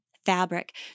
fabric